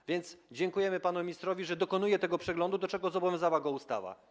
A więc dziękujemy panu ministrowi, że dokonuje tego przeglądu, do czego zobowiązała go ustawa.